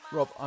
Rob